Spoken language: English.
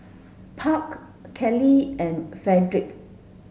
Park Kelli and Fredric